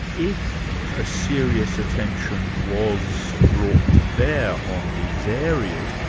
if a serious attention was brought to bear on these areas,